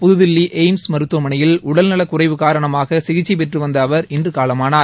புதுதில்லி AIIMS மருத்துவமனையில் உடல்நலக்குறைவு காரணமாக சிகிச்சை பெற்று வந்த அவர் இன்று காலமானார்